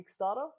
Kickstarter